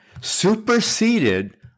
superseded